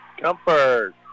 Comfort